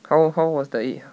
how how was the it